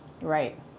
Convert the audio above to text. Right